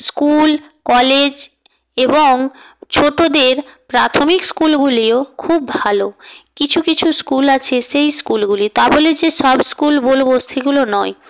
school college এবং ছোটদের প্রাথমিক স্কুলগুলিও খুব ভালো কিছু কিছু স্কুল আছে সেই স্কুলগুলি তা বলে যে সব স্কুল বলব সেগুলো নয়